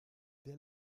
der